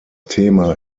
thema